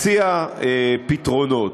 מציע פתרונות.